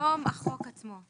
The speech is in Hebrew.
היום החוק של